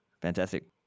Fantastic